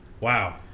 Wow